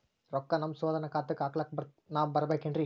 ರೊಕ್ಕ ನಮ್ಮಸಹೋದರನ ಖಾತಾಕ್ಕ ಹಾಕ್ಲಕ ನಾನಾ ಬರಬೇಕೆನ್ರೀ?